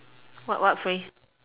what what phrase